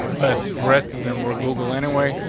but rest of them were google anyway,